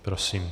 Prosím.